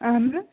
اہن نہٕ